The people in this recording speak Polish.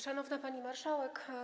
Szanowna Pani Marszałek!